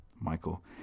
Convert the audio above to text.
Michael